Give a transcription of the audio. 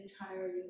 entire